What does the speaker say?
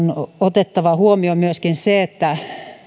otettava huomioon myöskin se että näistä